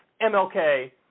MLK